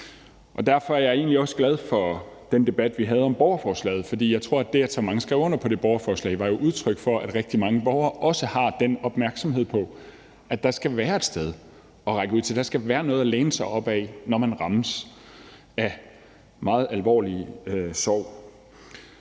Derfor er jeg egentlig også glad for den debat, vi havde om borgerforslaget, for jeg tror, at det, at så mange skrev under på det borgerforslag, var udtryk for, at rigtig mange borgere også har den opmærksomhed på, at der skal være et sted at række ud til, der skal være noget at læne sig op ad, når man rammes af meget alvorlig sorg.